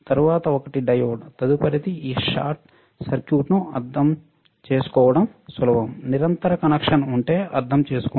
తరువాత ఒకటి డయోడ్ తదుపరిది ఈ షార్ట్ సర్క్యూట్ను అర్థం చేసుకోవడం సులభం నిరంతర కనెక్షన్ ఉంటే అర్థం చేసుకోండి